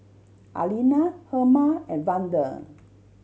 Arlena Herma and Vander